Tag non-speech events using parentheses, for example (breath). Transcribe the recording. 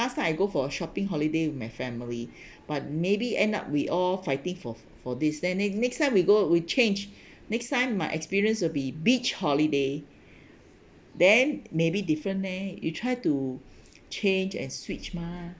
last time I go for shopping holiday with my family (breath) but maybe end up we all fighting for for this then the next time we go we change next time my experience will be beach holiday then maybe different leh you try to change and switch mah